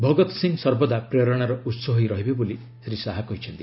ଭଗତ ସିଂ ସର୍ବଦା ପ୍ରେରଣାର ଉସ ହୋଇ ରହିବେ ବୋଲି ଶ୍ୱୀ ଶାହା କହିଛନ୍ତି